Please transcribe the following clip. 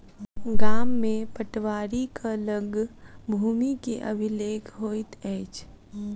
गाम में पटवारीक लग भूमि के अभिलेख होइत अछि